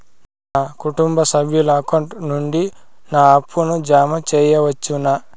నా కుటుంబ సభ్యుల అకౌంట్ నుండి నా అప్పును జామ సెయవచ్చునా?